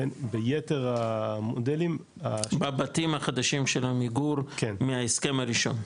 ביתר המודלים --- בבתים החדשים של עמיגור מההסכם הראשון.